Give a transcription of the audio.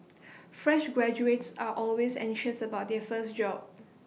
fresh graduates are always anxious about their first job